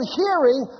hearing